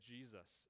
Jesus